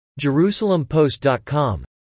JerusalemPost.com